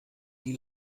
die